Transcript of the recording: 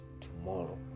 tomorrow